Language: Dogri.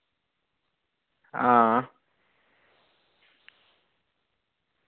हां